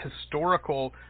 historical